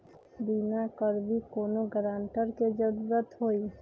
बिमा करबी कैउनो गारंटर की जरूरत होई?